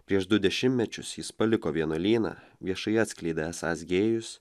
prieš du dešimtmečius jis paliko vienuolyną viešai atskleidė esąs gėjus